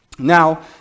Now